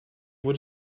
what